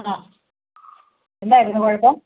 ആ എന്തായിരുന്നു കുഴപ്പം